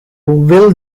will